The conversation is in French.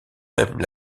même